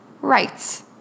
Right